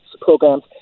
programs